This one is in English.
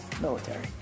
military